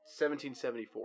1774